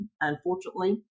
Unfortunately